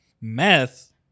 meth